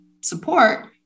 support